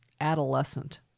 adolescent